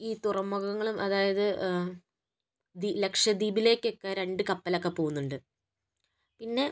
ഈ തുറമുഖങ്ങളും അതായത് ദീ ലക്ഷദ്വീപിലേക്കൊക്കെ രണ്ട് കപ്പലൊക്കെ പോകുന്നുണ്ട് പിന്നെ